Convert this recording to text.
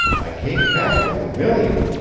i came back with a million.